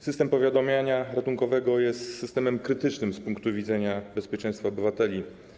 System powiadamiania ratunkowego jest systemem krytycznym z punktu widzenia bezpieczeństwa obywateli.